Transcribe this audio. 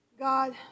God